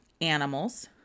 animals